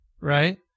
Right